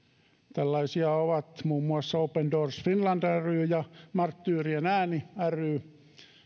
tällaisia ovat muun muassa open doors finland ry ja marttyyrien ääni ry